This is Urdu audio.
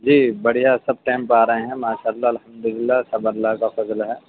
جی بڑھیا سب ٹائم پہ آ رہے ہیں ماشا اللہ الحمد اللہ سب اللہ کا فضل ہے